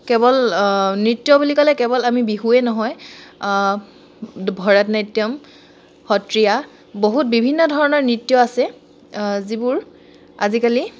কেৱল নৃত্য বুলি ক'লে কেৱল আমি বিহুৱে নহয় ভৰতনাট্যম সত্ৰীয়া বহুত বিভিন্ন ধৰণৰ নৃত্য আছে যিবোৰ আজিকালি